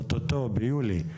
אוטוטו ביולי,